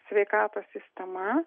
sveikatos sistema